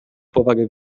powagę